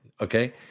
okay